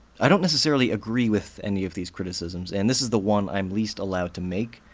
i don't necessarily agree with any of these criticisms, and this is the one i'm least allowed to make.